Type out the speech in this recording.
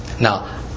Now